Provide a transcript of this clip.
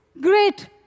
great